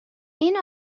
این